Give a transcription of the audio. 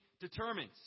determines